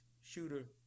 shooter